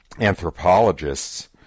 anthropologists